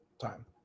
Time